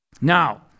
Now